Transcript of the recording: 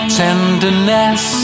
tenderness